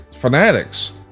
fanatics